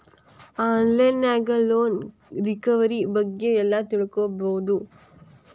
on line ನ್ಯಾಗ loan recovery ಬಗ್ಗೆ ಎಲ್ಲಾ ತಿಳ್ಕೊಬೊದು